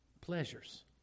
pleasures